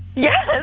yeah,